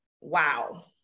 wow